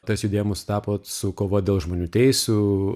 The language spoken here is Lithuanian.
tas judėjimas sutapo su kova dėl žmonių teisių